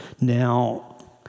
Now